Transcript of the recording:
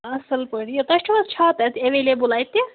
اَصٕل پٲٹھۍ یہِ تۄہہِ چھُو حظ چھاتہٕ اَتہِ ایولیبٕل اَتہِ